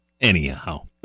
Anyhow